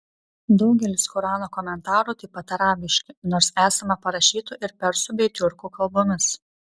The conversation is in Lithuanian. daugelis korano komentarų taip pat arabiški nors esama parašytų ir persų bei tiurkų kalbomis